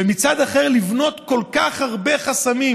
ומצד אחר לבנות כל כך הרבה חסמים,